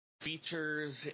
features